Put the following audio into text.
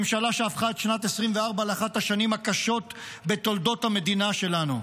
ממשלה שהפכה את שנת 2024 לאחת השנים הקשות בתולדות המדינה שלנו,